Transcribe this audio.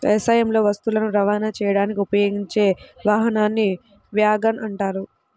వ్యవసాయంలో వస్తువులను రవాణా చేయడానికి ఉపయోగించే వాహనాన్ని వ్యాగన్ అంటారు